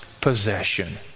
possession